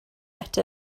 ate